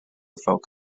folk